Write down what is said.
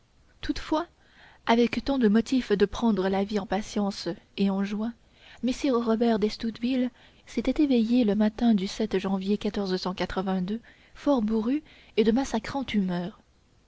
toutefois avec tant de motifs de prendre la vie en patience et en joie messire robert d'estouteville s'était éveillé le matin du janvier fort bourru et de massacrante humeur